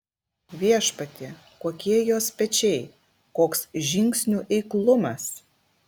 viešpatie kokie jos pečiai koks žingsnių eiklumas